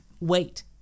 Wait